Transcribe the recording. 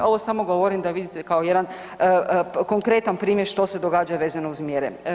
Ovo samo govorim da vidite kao jedan konkretan primjer što se događa vezano uz mjere.